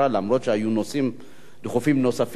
אף-על-פי שהיו נושאים דחופים נוספים,